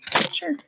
Sure